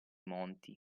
monti